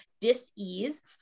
dis-ease